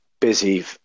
busy